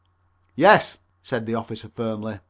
yes, said the officer firmly,